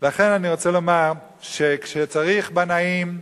לכן אני רוצה לומר שכשצריך בנאים,